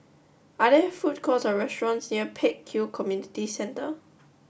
are there food courts or restaurants near Pek Kio Community Centre